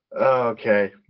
okay